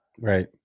Right